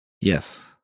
Yes